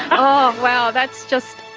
oh wow, that's just.